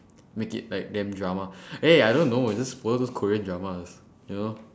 make it like damn drama eh I don't know is just follow those korean dramas you know